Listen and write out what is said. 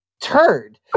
turd